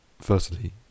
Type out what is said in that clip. firstly